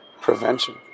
prevention